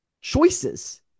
choices